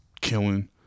killing